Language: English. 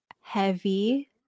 heavy